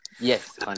Yes